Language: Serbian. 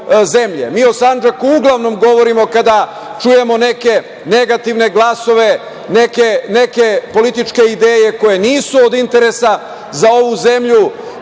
o Sandžaku uglavnom govorimo kada čujemo neke negativne glasove, neke političke ideje koje nisu od interesa za ovu zemlju